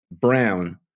Brown